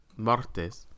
Martes